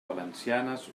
valencianes